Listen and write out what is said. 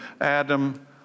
Adam